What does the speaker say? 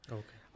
okay